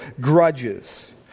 grudges